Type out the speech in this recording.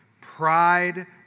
Pride